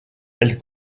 elle